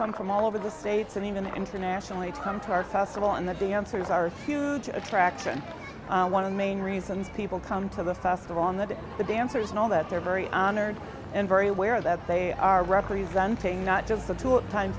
come from all over the states and even internationally to come to our festival and the dancers are huge attraction one of the main reasons people come to the festival on the day the dancers and all that they're very honored and very aware that they are representing not just the t